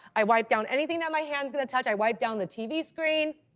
i wipe down anything that my hands gonna touch. i wipe down the tv screen.